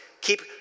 Keep